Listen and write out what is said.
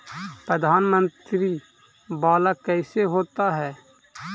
प्रधानमंत्री मंत्री वाला कैसे होता?